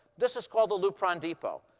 this is called a lupron depot.